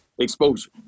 Exposure